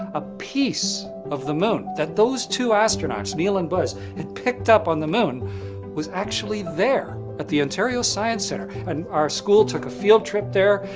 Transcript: a piece of the moon that those two astronauts, neil and buzz, had picked up on the moon was actually there at the ontario science centre. and our school took a field trip there,